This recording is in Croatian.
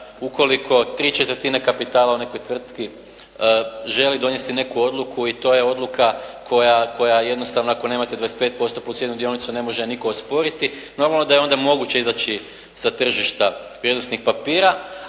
ukoliko tri četvrtine kapitala u nekoj tvrtki želi donesti neku odluku i to je odluka koja jednostavno ako nemate 25% plus jednu dionicu ne može je nitko osporiti. Normalno da je onda moguće izaći sa tržišta vrijednosnih papira.